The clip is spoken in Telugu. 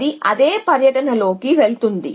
అది అదే పర్యటనలోకి జారిపోతుంది